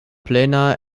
plena